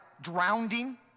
drowning